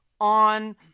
on